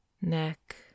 neck